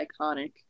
iconic